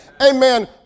Amen